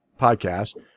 podcast